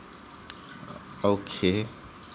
okay